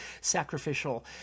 sacrificial